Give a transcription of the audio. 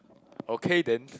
okay then